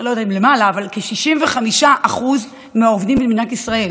מעסיקים כ-65% מהעובדים במדינת ישראל